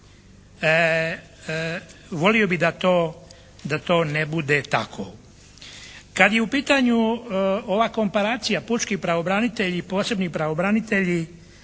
Volio bih da to ne bude tako. Kad je u pitanju ova komparacija pučki pravobranitelji i posebni pravobranitelji